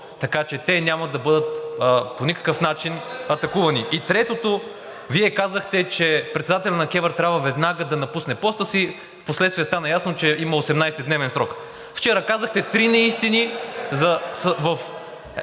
така че те няма да бъдат по никакъв начин атакувани. (Шум и реплики.) И третото, Вие казахте, че председателят на КЕВР трябва веднага да напусне поста си, впоследствие стана ясно, че има 18 дневен срок. Вчера казахте три неистини.